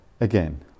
again